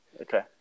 Okay